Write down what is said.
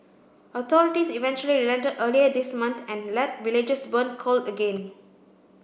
authorities eventually relented earlier this month and let villagers burn coal again